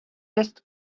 wist